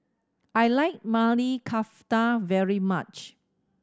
I like Maili Kofta very much